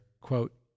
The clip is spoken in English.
quote